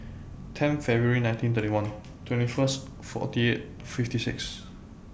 ten February nineteen thirty one twenty First forty eight fifty six